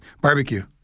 Barbecue